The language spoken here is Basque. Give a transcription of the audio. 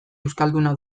euskalduna